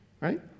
Right